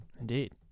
Indeed